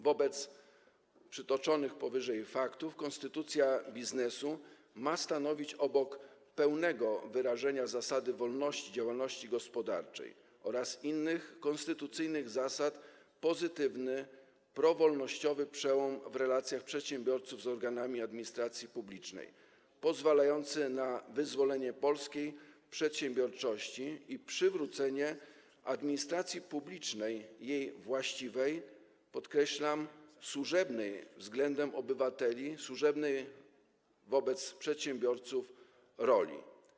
Wobec przytoczonych powyżej faktów konstytucja biznesu ma stanowić obok pełnego wyrażenia zasady wolności działalności gospodarczej oraz innych konstytucyjnych zasad, pozytywny, prowolnościowy przełom w relacjach przedsiębiorców z organami administracji publicznej, pozwalający na wyzwolenie polskiej przedsiębiorczości i przywrócenie administracji publicznej jej właściwej, podkreślam, służebnej względem obywateli, służebnej wobec przedsiębiorców roli.